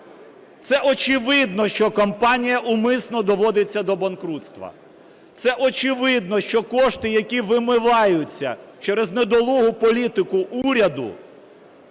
Це очевидно, що компанія умисно доводиться до банкрутства. Це очевидно, що кошти, які вимиваються через недолугу політику уряду,